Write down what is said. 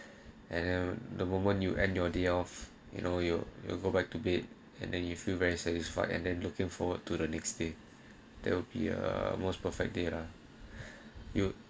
and then the woman you endure the off you know you you go back to bed and then you feel very satisfied and then looking forward to the next day there will be a most perfect date lah you